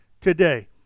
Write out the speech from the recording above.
today